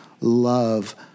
love